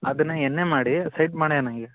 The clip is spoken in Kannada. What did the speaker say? ಅದನ್ನು ಎನ್ ಎ ಮಾಡಿ ಸೈಟ್ ಮಾಡ್ಯಾನ ಈಗ